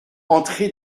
entrer